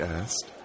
asked